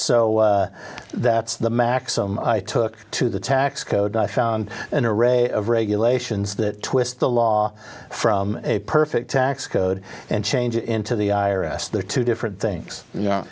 so that's the maxim i took to the tax code i found an array of regulations that twist the law from a perfect tax code and change it into the i r s there are two different things you know